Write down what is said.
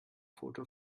foto